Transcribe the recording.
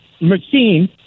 machine